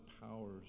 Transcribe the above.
powers